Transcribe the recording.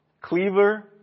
Cleaver